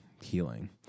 healing